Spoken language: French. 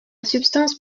substance